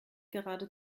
gerade